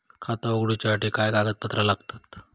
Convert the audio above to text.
खाता उगडूच्यासाठी काय कागदपत्रा लागतत?